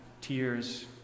tears